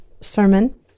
Sermon